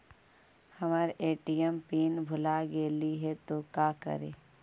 हमर ATM PIN भूला गेली हे, तो का करि?